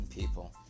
people